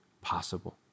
possible